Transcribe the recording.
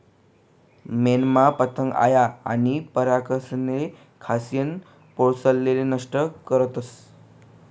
मेनना पतंग आया आनी परागकनेसले खायीसन पोळेसले नष्ट करतस